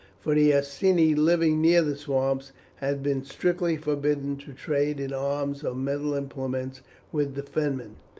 for the iceni living near the swamps had been strictly forbidden to trade in arms or metal implements with the fenmen.